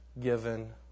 given